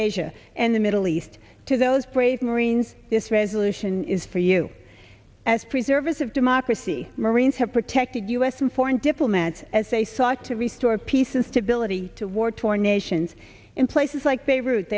asia and the middle east to those brave marines this resolution is for you as preservative democracy marines have protected us from foreign diplomats as they sought to restore peace and stability to war torn nations in places like